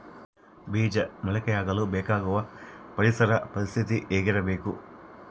ಬೇಜ ಮೊಳಕೆಯಾಗಲು ಬೇಕಾಗುವ ಪರಿಸರ ಪರಿಸ್ಥಿತಿ ಹೇಗಿರಬೇಕು?